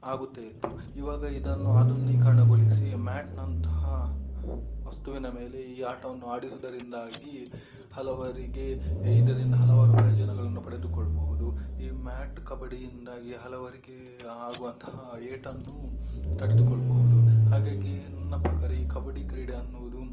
ಆಗುತ್ತ ಇತ್ತು ಇವಾಗ ಇದನ್ನು ಆಧುನೀಕರಣಗೊಳಿಸಿ ಮ್ಯಾಟಿನಂತಹ ವಸ್ತುವಿನ ಮೇಲೆ ಈ ಆಟವನ್ನು ಆಡಿಸೋದರಿಂದಾಗಿ ಹಲವರಿಗೆ ಇದರಿಂದ ಹಲವಾರು ಪ್ರಯೋಜನಗಳನ್ನು ಪಡೆದುಕೊಳ್ಳಬಹುದು ಈ ಮ್ಯಾಟ್ ಕಬಡ್ಡಿಯಿಂದಾಗಿ ಹಲವರಿಗೆ ಆಗುವಂತಹ ಏಟನ್ನು ತಡೆದುಕೊಳ್ಳಬಹುದು ಹಾಗಾಗಿ ನನ್ನ ಪ್ರಕಾರ ಈ ಕಬಡ್ಡಿ ಕ್ರೀಡೆ ಅನ್ನೋದು